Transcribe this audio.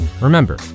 Remember